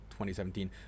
2017